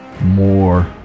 more